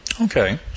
Okay